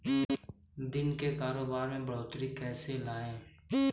दिन के कारोबार में बढ़ोतरी कैसे लाएं?